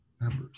members